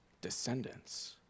descendants